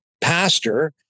pastor